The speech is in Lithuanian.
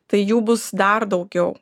tai jų bus dar daugiau